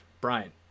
Brian